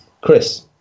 Chris